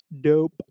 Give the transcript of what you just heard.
dope